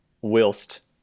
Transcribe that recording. whilst